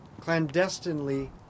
clandestinely